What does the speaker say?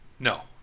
No